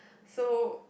so